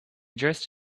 dressed